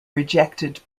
rejected